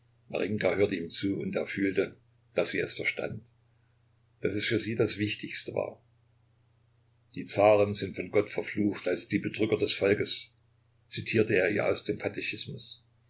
hörte ihm zu und er fühlte daß sie es verstand daß es für sie das wichtigste war die zaren sind von gott verflucht als die bedrücker des volkes zitierte er ihr aus dem katechismus